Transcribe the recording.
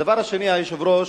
הדבר השני, היושב-ראש,